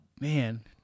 man